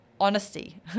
honesty